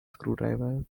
screwdriver